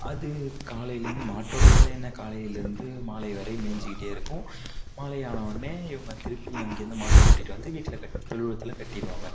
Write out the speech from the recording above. அது காலையிலேருந்து மாட்டோடய வேலை என்ன காலையிலேருந்து மாலை வரை மேய்ஞ்சிக்கிட்டே இருக்கும் மாலை ஆனவொடனே இவங்க திருப்பி அங்கேருந்து மாட்டை கூட்டிட்டு வந்து வீட்டில் கட் தொழுவத்தில் கட்டிடுவாங்க